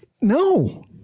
No